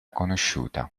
conosciuta